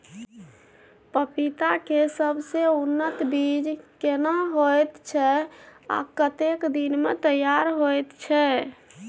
पपीता के सबसे उन्नत बीज केना होयत छै, आ कतेक दिन में तैयार होयत छै?